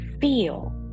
feel